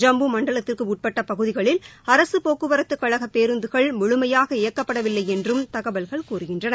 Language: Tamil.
ஜம்மு மண்டலத்திற்கு உட்பட்ட பகுதிகளில் அரசு போக்குவரத்து கழக பேருந்துகள் முழுமையாக இயக்கப்படவில்லை என்று தகவல்கள் கூறுகின்றன